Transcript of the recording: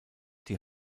die